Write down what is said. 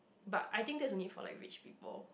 but I think that's only for like rich people